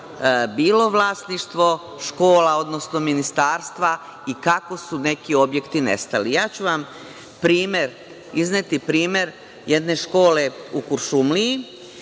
bilo vlasništvo škola odnosno ministarstva i kako su neki objekti nestali. Izneću vam primer jedne škole u Kuršumliji,